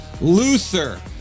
luther